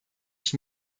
ich